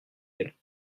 elles